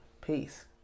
Peace